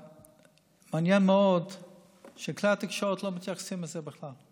מעניין מאוד שכלי התקשורת לא מתייחסים לזה בכלל.